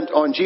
on